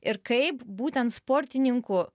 ir kaip būtent sportininkų